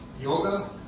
yoga